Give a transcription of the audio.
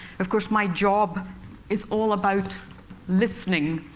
of course, my job is all about listening.